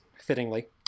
fittingly